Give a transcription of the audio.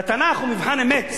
והתנ"ך הוא מבחן אמת.